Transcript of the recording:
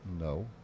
No